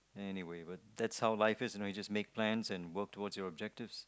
anyway but that's how life is you just make plans and work towards your objectives